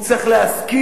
הוא צריך להשכיל,